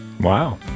wow